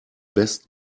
best